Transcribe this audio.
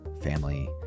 family